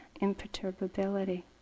imperturbability